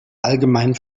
allgemein